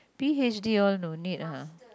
P_H_D all no need lah